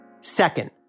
Second